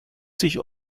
sich